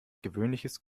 gewöhnliches